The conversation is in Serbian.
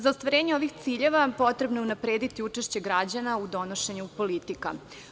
Za ostvarenje ovih ciljeva potrebno je unaprediti učešće građana u donošenju politika.